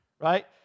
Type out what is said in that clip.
right